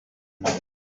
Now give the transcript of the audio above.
another